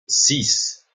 six